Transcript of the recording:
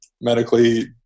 medically